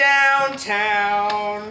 Downtown